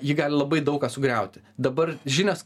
ji gali labai daug ką sugriauti dabar žinios